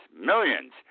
millions